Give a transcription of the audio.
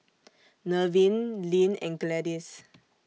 Nevin Lynne and Gladis